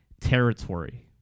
territory